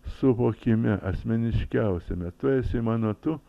suvokime asmeniškiausiame tu esi mano tu